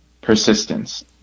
persistence